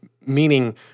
Meaning